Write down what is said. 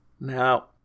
Now